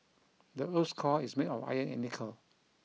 the earth's core is made of iron and nickel